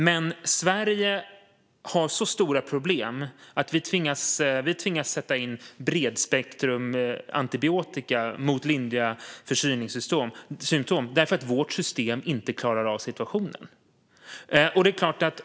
Men Sverige har så stora problem att vi tvingas sätta in bredspektrumantibiotika mot lindriga förkylningssymtom för att vårt system inte klarar av situationen.